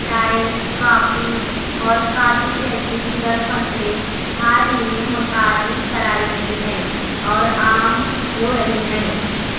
چائے کافی اور کاجو جیسی دیگر فصلیں حال ہی میں متعارف کرائی گئی ہیں اور عام ہو رہی ہیں